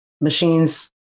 machines